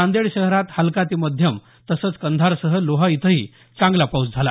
नांदेड शहरात हलका ते मध्यम तसंच कंधारसह लोहा इथंही चांगला पाऊस पडला